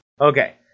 Okay